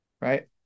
right